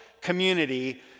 community